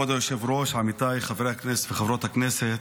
כבוד היושב-ראש, עמיתיי חברי הכנסת וחברות הכנסת,